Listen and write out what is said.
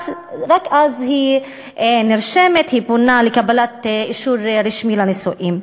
היא נרשמת והיא פונה לקבלת אישור רשמי לנישואין.